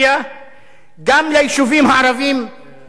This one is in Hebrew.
גם ליישובים הערביים במשולש שבנגב,